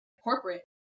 corporate